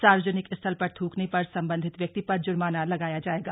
सार्वजनिक स्थल पर थ्कने पर सम्बन्धित व्यक्ति पर ज्र्माना लगाया जाएगा